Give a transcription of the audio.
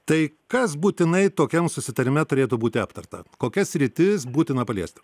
tai kas būtinai tokiam susitarime turėtų būti aptarta kokias sritis būtina paliesti